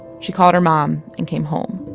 she called her mom and came home.